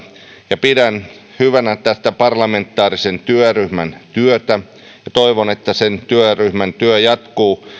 ja pidän hyvänä tätä parlamentaarisen työryhmän työtä ja toivon että sen työryhmän työ jatkuu